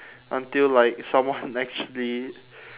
until like someone actually